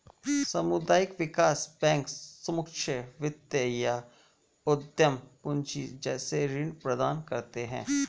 सामुदायिक विकास बैंक सूक्ष्म वित्त या उद्धम पूँजी जैसे ऋण प्रदान करते है